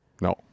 No